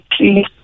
please